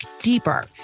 deeper